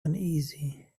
uneasy